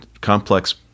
complex